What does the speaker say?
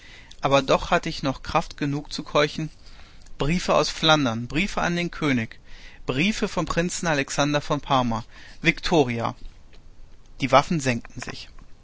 aber doch hatte ich noch kraft genug zu keuchen briefe aus flandern briefe an den könig briefe vom prinzen alexander von parma viktoria die waffen senkten sich